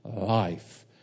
life